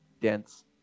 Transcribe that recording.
dense